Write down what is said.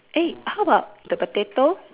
eh how about the potato